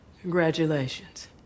congratulations